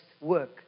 work